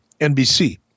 NBC